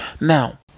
Now